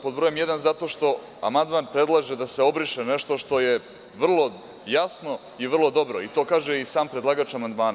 Pod broj jedan, zato što amandman predlaže da se obriše nešto što je vrlo jasno i vrlo dobro i to kaže i sam predlagač amandmana.